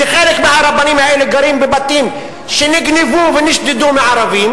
שחלק מהרבנים האלה גרים בבתים שנגנבו ונשדדו מערבים,